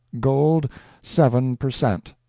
gold seven per cents,